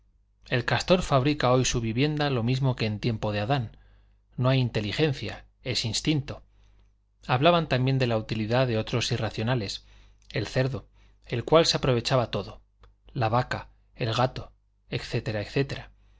el castor fabrica hoy su vivienda lo mismo que en tiempo de adán no hay inteligencia es instinto hablaban también de la utilidad de otros irracionales el cerdo del cual se aprovechaba todo la vaca el gato